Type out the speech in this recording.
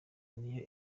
niyo